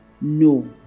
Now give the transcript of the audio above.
no